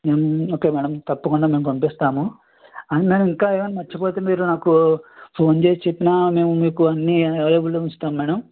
okay madam తప్పకుండ మేము పంపిస్తాము అండ్ మేడం ఇంకా ఏమైనా మర్చిపోతే మీరు నాకు ఫోన్ చేసి చెప్పినా మేము మీకు అన్నీ అవైలబుల్లో ఉంచుతాం మేడం